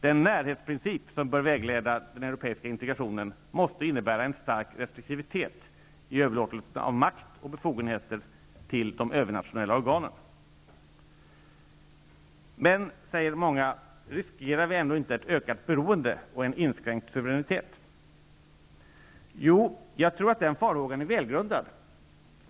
Den närhetsprincip som bör vägleda den europeiska integrationen måste innebära en stark restriktivitet i överlåtelsen av makt och befogenheter till de övernationella organen. Men, frågar många, riskerar vi ändå inte ett ökat beroende och en inskränkt suveränitet? Jo, jag tror att den farhågan är välgrundad.